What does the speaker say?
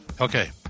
okay